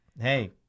Hey